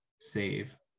save